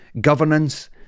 governance